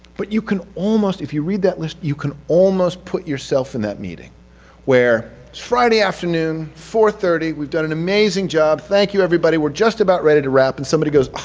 but you can almost, if you read that list you can almost put yourself in that meeting where it's friday afternoon, it's four thirty, we've done an amazing job, thank you everybody, we're just about ready to wrap, and somebody goes